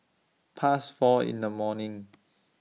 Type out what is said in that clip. Past four in The morning